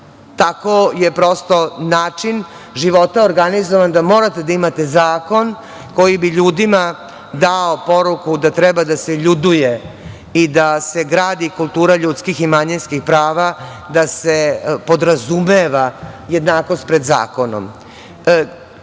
Tako je, prosto, način života organizovan da morate da imate zakon koji bi ljudima dao poruku da treba da se ljuduje i da se gradi kultura ljudskih i manjinskih prava, da se podrazumeva jednakost pred zakonom. Ako